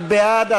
אני בעד.